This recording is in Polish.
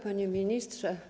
Panie Ministrze!